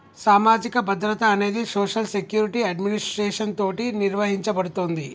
సామాజిక భద్రత అనేది సోషల్ సెక్యురిటి అడ్మినిస్ట్రేషన్ తోటి నిర్వహించబడుతుంది